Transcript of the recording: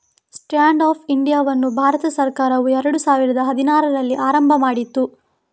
stand up ಇಂಡಿಯಾವನ್ನು ಭಾರತ ಸರ್ಕಾರವು ಎರಡು ಸಾವಿರದ ಹದಿನಾರರಲ್ಲಿ ಆರಂಭ ಮಾಡಿತು